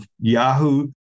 Yahoo